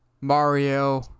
Mario